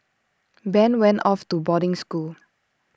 Ben went off to boarding school